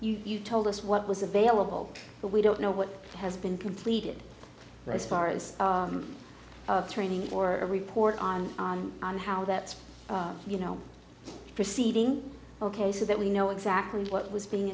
that you told us what was available but we don't know what has been completed as far as of training for a report on on on how that you know proceeding ok so that we know exactly what was being